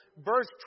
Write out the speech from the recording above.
verse